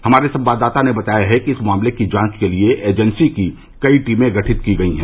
हमारे संवाददाता ने बताया है कि इस मामले की जांच के लिए एजेंसी की कई टीमें गठित की गई हैं